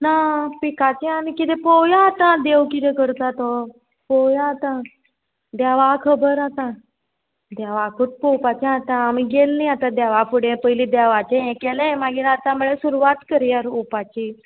ना पिकाचें आनी किदें पळोवया आतां देव कितें करता तो पळोवया आतां देवा खबर आतां देवाकूच पळोवपाचें आतां आमी गेल्लीं आतां देवा फुडें पयलीं देवाचें हें केलें मागीर आतां म्हळ्यार सुरवात करया रोवपाची